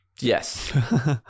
Yes